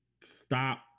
Stop